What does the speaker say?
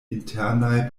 internaj